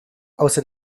außer